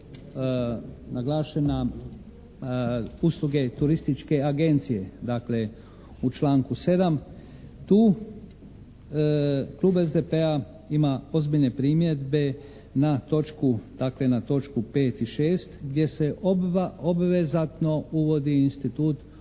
naglašena usluge turističke agencije. Dakle, u članku 7. tu klub SDP-a ima ozbiljne primjedbe na točku, dakle na točku 5. i 6. gdje se obvezatno uvodi institut obaveze